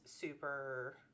super